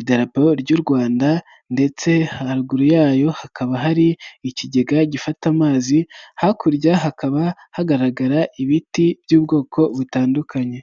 idarapo ry'u Rwanda ndetse haruguru yayo hakaba hari ikigega gifata amazi, hakurya hakaba hagaragara ibiti by'ubwoko butandukanye.